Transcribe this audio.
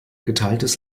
geteiltes